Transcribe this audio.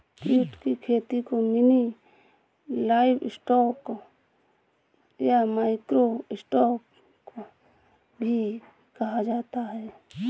कीट की खेती को मिनी लाइवस्टॉक या माइक्रो स्टॉक भी कहा जाता है